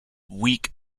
weak